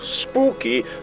spooky